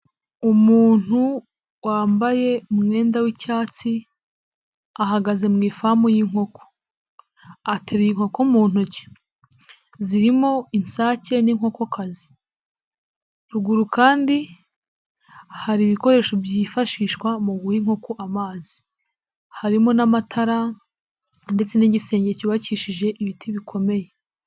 Umuntu wambaye umwenda w'icyatsi ahagaze mu ifamu y'inkoko, ateruye inkoko mu ntoki zirimo isake n'inkoko. ruguru kandi hari ibikoresho byifashishwa mu guha inkoko amazi harimo n'amatara ndetse n'igisenge cyubakishije ibiti bikomeye.